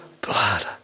blood